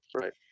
right